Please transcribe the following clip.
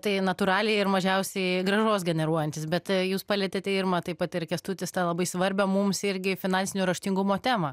tai natūraliai ir mažiausiai grąžos generuojantis bet jūs palietėte irma taip pat ir kęstutis tą labai svarbią mums irgi finansinio raštingumo temą